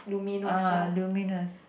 uh luminous